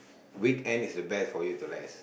weekend is the best for you to rest